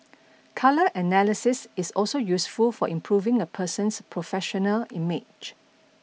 colour analysis is also useful for improving a person's professional image